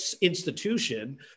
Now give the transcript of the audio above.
institution